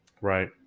right